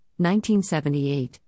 1978